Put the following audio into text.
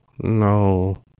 No